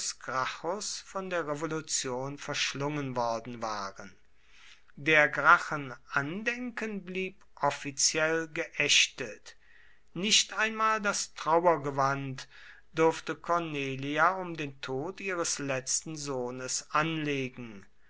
von der revolution verschlungen worden waren der gracchen andenken blieb offiziell geächtet nicht einmal das trauergewand durfte cornelia um den tod ihres letzten sohnes anlegen